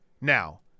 Now